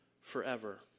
forever